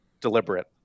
deliberate